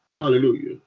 Hallelujah